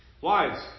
Wives